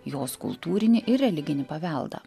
jos kultūrinį ir religinį paveldą